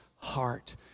heart